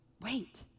wait